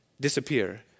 disappear